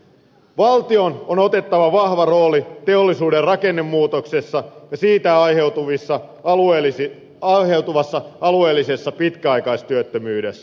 valtion on otettava vahva rooli teollisuuden rakennemuutoksessa ja siitä aiheutuvassa alueellisessa pitkäaikaistyöttömyydessä